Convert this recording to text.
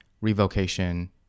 revocation